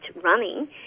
running